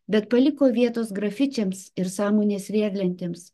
bet paliko vietos grafičiams ir sąmonės riedlentėms